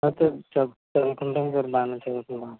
okay చదువుకుంటాను sir బాగానే చదువుకుంటాను